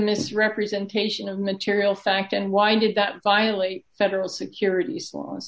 misrepresentation of material fact and why did that violate federal securities laws